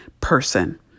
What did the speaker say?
person